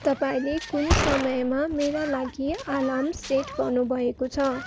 तपाईँले कुन समयमा मेरा लागि आलार्म सेट गर्नुभएको छ